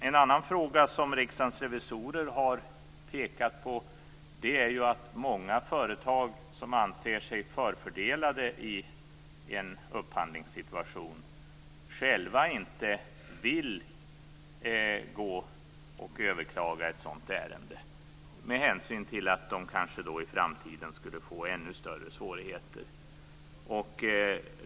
En annan fråga som Riksdagens revisorer har pekat på är att många företag som anser sig förfördelade i en upphandlingssituation själva inte vill överklaga i ett sådant ärende, med hänsyn till att de i framtiden kanske får ännu större svårigheter.